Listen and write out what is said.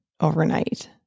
overnight